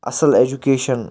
اصٕل ایٚجوٗکیشن